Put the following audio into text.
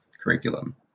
curriculum